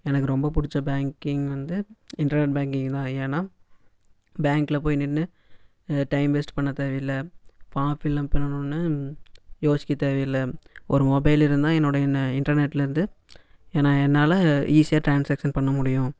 எனக்கு ரொம்ப பிடிச்ச பேங்கிங் வந்து இன்ட்ரநெட் பேங்கிங் தான் ஏன்னா பேங்கில் போய் நின்று டைம் வேஸ்ட் பண்ண தேவையில்லை ஃபார்ம் ஃபில்அப் பண்ணனுன்னு யோசிக்க தேவையில்லை ஒரு மொபைல் இருந்தால் என்னோட இன்ன இன்டர்நெட்லருந்து என என்னால் ஈஸியாக ட்ரான்ஸாக்ஷன் பண்ண முடியும்